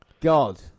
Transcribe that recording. God